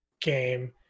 game